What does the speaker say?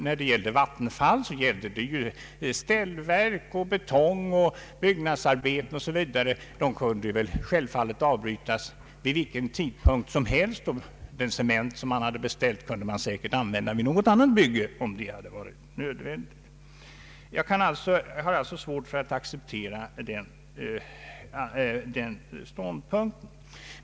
För Vattenfall gällde det ställverk, betong, byggnadsarbeten osv. Arbetena kunde självfallet avbrytas vid vilken tidpunkt som helst. Den cement man hade beställt kunde man säkert ha använt vid något annat bygge. Jag har alltså svårt för att accepera herr Langes ståndpunkt.